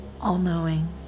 all-knowing